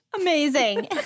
Amazing